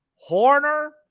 Horner